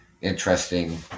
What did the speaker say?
interesting